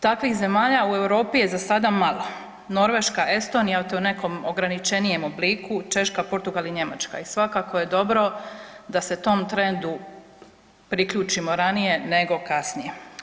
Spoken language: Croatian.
Takvih zemalja u Europi je za sada malo, Norveška, Estonija u tom nekom ograničenijem obliku, Češka, Portugal i Njemačka i svakako je dobro da se tom trendu priključimo ranije nego kasnije.